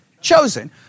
chosen